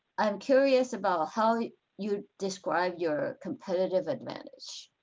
i'm curious about how you describe your competitive advantage?